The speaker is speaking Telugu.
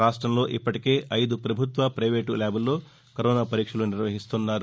రాష్టంలో ఇప్పటికే ఐదు ప్రభుత్వ ప్రైవేటు ల్యాబ్ల్లో కరోనా పరీక్షలు నిర్వహిస్తున్నారు